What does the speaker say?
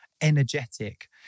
energetic